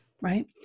Right